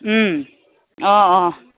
অঁ অঁ